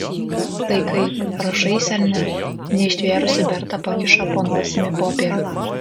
tai kaip rašaisi ar ne neištvėrusi berta pakiša po nosimi popierių